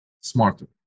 smarter